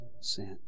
sent